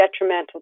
detrimental